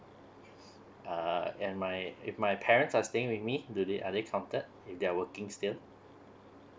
uh and my if my parents are staying with me do are they counted if they're working still